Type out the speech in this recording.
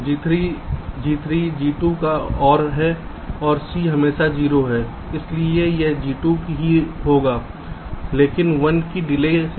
G3 G3 G2 का OR है और c हमेशा 0 है इसलिए यह G2 ही होगा लेकिन 1 की डिले से